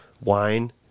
wine